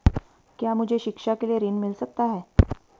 क्या मुझे शिक्षा के लिए ऋण मिल सकता है?